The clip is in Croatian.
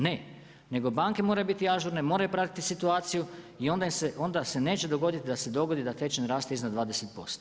Ne, nego banke moraju biti ažurne, moraju pratiti situaciju i onda se neće dogoditi da se dogodi da tečaj naraste iznad 20%